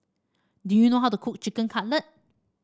do you know how to cook Chicken Cutlet